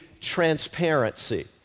transparency